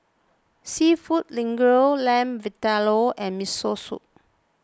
Seafood Linguine Lamb Vindaloo and Miso Soup